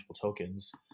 tokens